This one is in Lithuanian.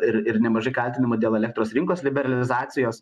ir ir nemažai kaltinimų dėl elektros rinkos liberalizacijos